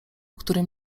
którym